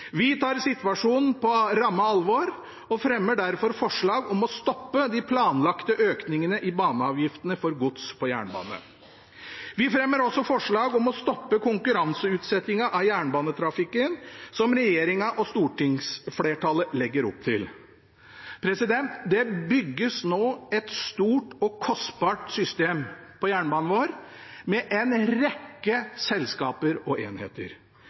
Vi tar situasjonen på ramme alvor og fremmer derfor forslag om å stoppe de planlagte økningene i baneavgiftene for gods på jernbane. Vi fremmer også forslag om å stoppe konkurranseutsettingen av jernbanetrafikken som regjeringen og stortingsflertallet legger opp til. Det bygges nå et stort og kostbart system på jernbanen vår – med en rekke selskaper og enheter.